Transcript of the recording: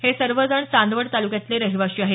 हे सर्वजण चांदवड तालुक्यातले रहिवासी आहेत